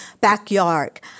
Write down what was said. backyard